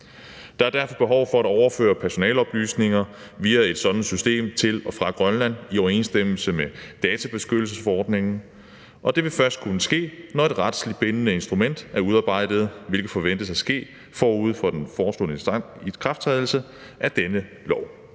Der er derfor behov for at overføre personaleoplysninger via et sådant system til og fra Grønland i overensstemmelse med databeskyttelsesforordningen, og det vil først kunne ske, når et retsligt bindende instrument er udarbejdet, hvilket forventes at ske forud for den foreslåede ikrafttrædelse af denne lov.